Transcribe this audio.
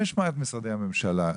נשמע את משרדי הממשלה.